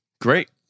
Great